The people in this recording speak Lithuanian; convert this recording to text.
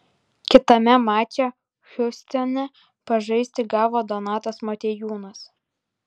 kitame mače hjustone pažaisti gavo donatas motiejūnas